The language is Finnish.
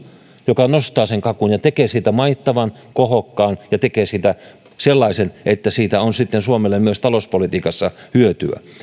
joka nostaa sen kakun ja tekee siitä maittavan kohottaa ja tekee siitä sellaisen että siitä on sitten suomelle myös talouspolitiikassa hyötyä